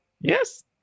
yes